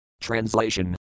Translation